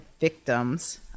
victims